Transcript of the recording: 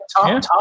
Tom